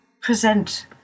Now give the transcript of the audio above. present